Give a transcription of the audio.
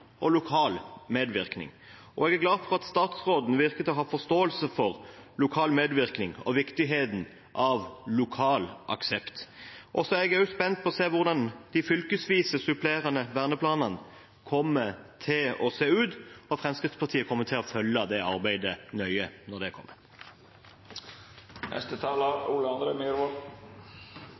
og lokal medvirkning. Og jeg er glad for at statsråden virker å ha forståelse for lokal medvirkning og viktigheten av lokal aksept. Jeg er spent på å se hvordan de fylkesvise, supplerende verneplanene kommer til å se ut. Fremskrittspartiet kommer til å følge det arbeidet nøye når det